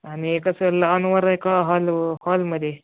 आणि कसं लॉनवर आहे का हॉलवर हॉलमध्ये